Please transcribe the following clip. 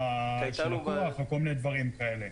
וכל מיני דברים כאלה.